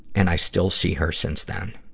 and i still see her since then.